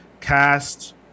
Cast